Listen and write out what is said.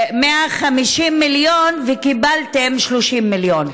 150 מיליון, וקיבלתם 30 מיליון.